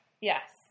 Yes